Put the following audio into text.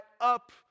up